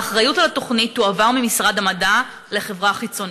האחריות על התוכנית תועבר ממשרד המדע לחברה חיצונית.